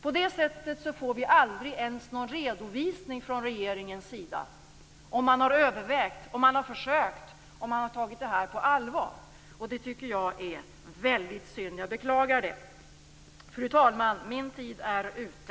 På det sättet får vi aldrig ens någon redovisning från regeringens sida gällande om man har övervägt, om man har försökt, om man har tagit det här på allvar. Det tycker jag är väldigt synd. Jag beklagar det. Fru talman! Min taletid är ute.